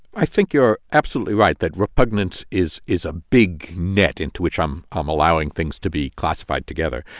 i think you're absolutely right that repugnance is is a big net into which i'm um allowing things to be classified together.